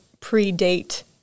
predate